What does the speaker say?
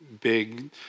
big